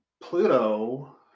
Pluto